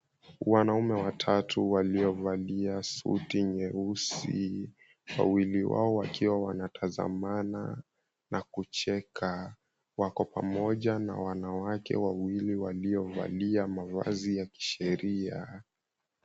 Wanaume watatu waliovalia suti nyeusi. Wawili wao wakiwa wanatazamana na kucheka, wako pamoja na wanawake wawili waliovalia mavazi ya kisheria.